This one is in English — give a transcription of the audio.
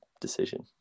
decision